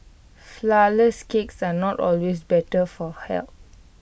Flourless Cakes are not always better for health